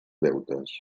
deutes